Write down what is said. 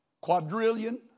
quadrillion